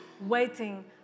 waiting